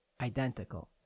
identical